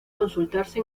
consultarse